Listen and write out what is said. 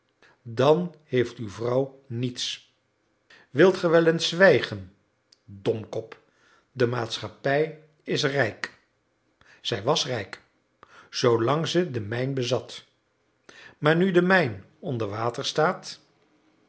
dan heeft uw vrouw niets wilt ge wel eens zwijgen domkop de maatschappij is rijk zij was rijk zoolang ze de mijn bezat maar nu de mijn onder water staat